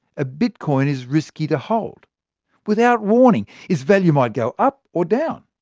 a bitcoin is risky to hold without warning, its value might go up, or down.